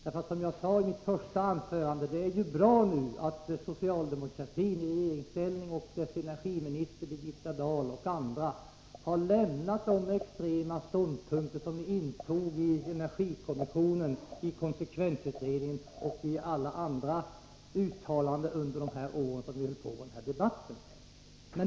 Som jag sade i mitt första anförande är det bra att socialdemokratin i regeringsställning, dess energiminister Birgitta Dahl och andra har lämnat de extrema ståndpunkter som ni intog i energikommissionen, i konsekvensutredningen och i alla andra uttalanden under de år som debatten pågick.